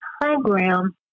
program